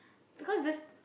because the